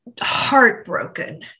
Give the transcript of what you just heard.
heartbroken